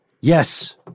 Yes